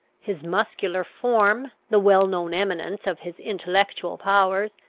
his muscular form, the well-known eminence of his intellectual powers,